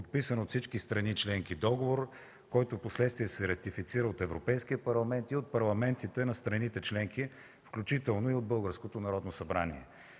подписан от всички страни членки договор, който впоследствие се ратифицира от Европейския парламент и от парламентите на страните членки, включително и от